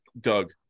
doug